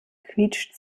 quietscht